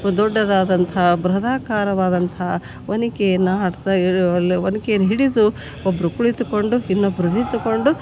ದೊಡ್ಡದಾದಂಥ ಬೃಹದಾಕಾರವಾದಂಥ ವನಕೆನ ಹಾಕ್ತಾ ವನಕೆನ ಹಿಡಿದು ಒಬ್ಬರು ಕುಳಿತ್ಕೊಂಡು ಇನ್ನೊಬ್ಬರು ನಿಂತುಕೊಂಡು